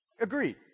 Agreed